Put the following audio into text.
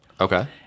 Okay